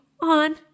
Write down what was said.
on